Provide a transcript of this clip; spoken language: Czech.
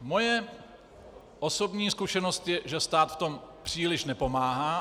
Moje osobní zkušenost je, že stát v tom příliš nepomáhá.